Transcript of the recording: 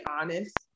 honest